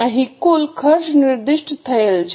અહીં કુલ ખર્ચ નિર્દિષ્ટ થયેલ છે